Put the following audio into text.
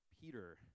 Peter